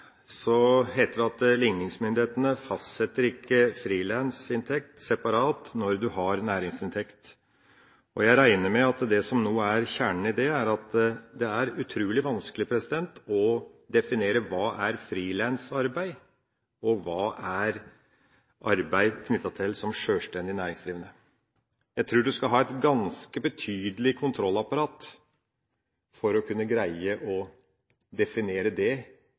at likningsmyndighetene ikke fastsetter frilansinntekt separat når en har næringsinntekt. Jeg regner med at det som nå er kjernen i det, er at det er utrolig vanskelig å definere hva som er frilansarbeid, og hva som er arbeid knyttet til å være sjølstendig næringsdrivende. Jeg tror man skal ha et ganske betydelig kontrollapparat for å kunne greie å definere det